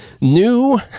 New